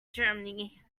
germany